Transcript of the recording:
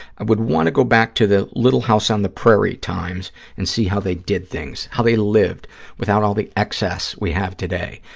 i would want to go back to the little house on the prairie times and see how they did things, how they lived without all the excess we have today,